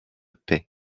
paix